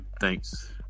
thanks